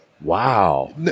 Wow